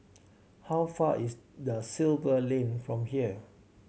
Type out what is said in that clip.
how far is the Silva Lane from here